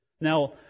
Now